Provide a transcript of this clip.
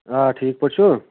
آ ٹھیٖک پٲٹھۍ چھُو